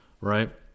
right